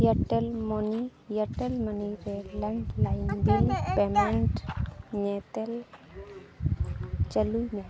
Airtel money Airtel money ᱨᱮ landline bill payment ᱧᱮᱛᱮᱞ ᱪᱟᱹᱞᱩᱭᱢᱮ